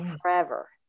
forever